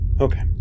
Okay